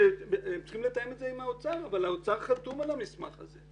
הם צריכים לתאם את זה עם האוצר אבל האוצר חתום על המסמך הזה.